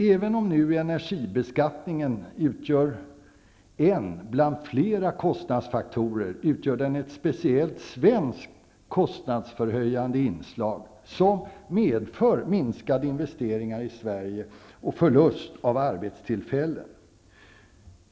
Även om energibeskattningen nu utgör en bland flera kostnadsfaktorer, utgör den ett speciellt, svenskt kostnadsförhöjande inslag, som medför minskade investeringar i Sverige och förlust av arbetstillfällen.